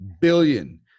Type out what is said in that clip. billion